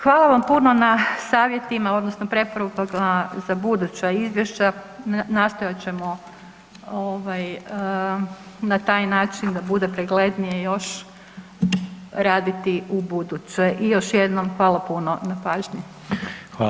Hvala vam puno na savjetima, odnosno preporukama za buduća izvješća, nastojat ćemo na taj način da bude poglednije još raditi ubuduće i još jednom, hvala puno na pažnji.